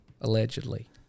Allegedly